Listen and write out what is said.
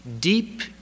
deep